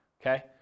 okay